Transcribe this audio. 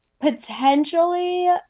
potentially